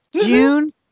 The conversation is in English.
June